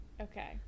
okay